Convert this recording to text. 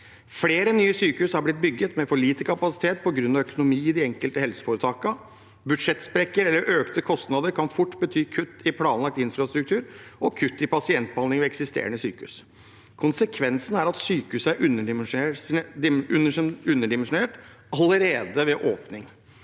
Flere nye sykehus har blitt bygget med for lite kapasitet på grunn av økonomi i de enkelte helseforetakene. Budsjettsprekk eller økte kostnader kan fort bety kutt i planlagt infrastruktur og kutt i pasientbehandling ved eksisterende sykehus. Konsekvensen er at sykehuset er underdimensjonert allerede ved åpning.